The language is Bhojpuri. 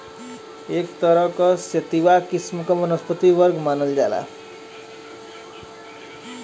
एक तरह क सेतिवा किस्म क वनस्पति वर्ग मानल जाला